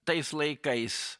tais laikais